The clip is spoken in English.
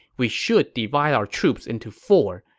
we should divide our troops into four.